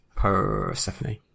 Persephone